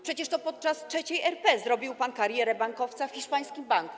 Przecież to podczas III RP zrobił pan karierę bankowca w hiszpańskim banku.